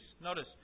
Notice